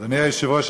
אדוני היושב-ראש,